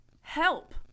Help